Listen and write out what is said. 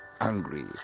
angry